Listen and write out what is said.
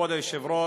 כבוד היושב-ראש,